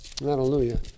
Hallelujah